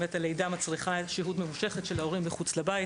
הלידה מצריכה שהות ממושכת של ההורים מחוץ לבית,